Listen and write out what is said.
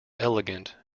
elegant